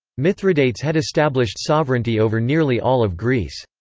mithridates had established sovereignty over nearly all of greece.